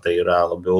tai yra labiau